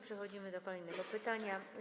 Przechodzimy do kolejnego pytania.